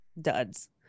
duds